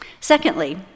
Secondly